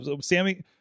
Sammy